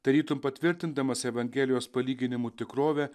tarytum patvirtindamas evangelijos palyginimų tikrovę